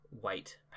white